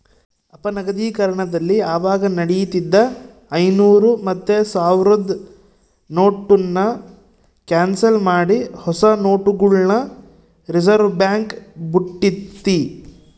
ಅಪನಗದೀಕರಣದಲ್ಲಿ ಅವಾಗ ನಡೀತಿದ್ದ ಐನೂರು ಮತ್ತೆ ಸಾವ್ರುದ್ ನೋಟುನ್ನ ಕ್ಯಾನ್ಸಲ್ ಮಾಡಿ ಹೊಸ ನೋಟುಗುಳ್ನ ರಿಸರ್ವ್ಬ್ಯಾಂಕ್ ಬುಟ್ಟಿತಿ